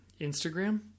Instagram